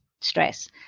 stress